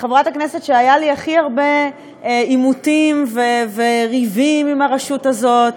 חברת הכנסת שהיו לה הכי הרבה עימותים וריבים עם הרשות הזאת,